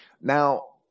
Now